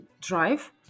Drive